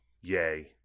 Yay